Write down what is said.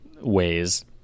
ways